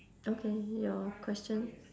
okay your question